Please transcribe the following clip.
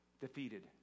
Defeated